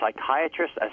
Psychiatrist